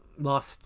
lost